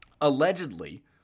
Allegedly